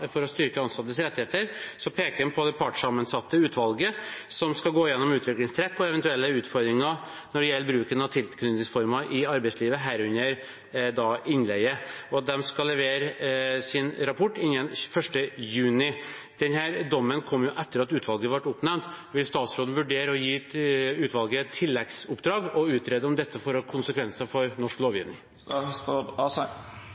for å styrke ansattes rettigheter, peker han på det partssammensatte utvalget som skal gå gjennom utviklingstrekk og eventuelle utfordringer når det gjelder bruken av tilknytningsformer i arbeidslivet, herunder innleie, og at de skal levere sin rapport innen 1. juni. Denne dommen kom jo etter at utvalget ble oppnevnt. Vil statsråden vurdere å gi utvalget et tilleggsoppdrag – å utrede om dette får noen konsekvenser for norsk